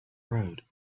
road